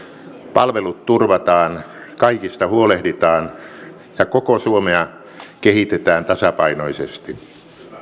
palvelut turvataan kaikista huolehditaan ja koko suomea kehitetään tasapainoisesti